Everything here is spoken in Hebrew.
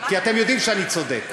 כי אתם יודעים שאני צודק,